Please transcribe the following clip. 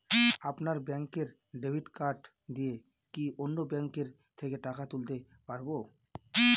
আপনার ব্যাংকের debit card দিয়ে কি অন্য ব্যাংকের থেকে টাকা তুলতে পারবো?